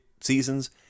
seasons